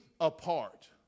apart